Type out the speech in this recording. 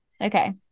okay